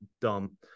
dumb